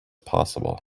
possible